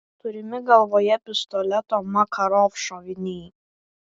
turimi galvoje pistoleto makarov šoviniai